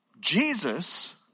Jesus